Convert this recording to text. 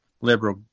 Liberal